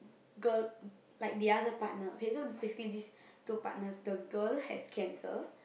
girl like the other partner okay so basically these two partners the girl has cancer